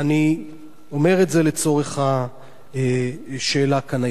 אני אומר את זה לצורך השאלה כאן היום.